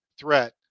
threat